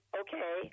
okay